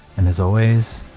and as always,